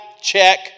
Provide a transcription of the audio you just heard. check